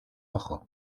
ojos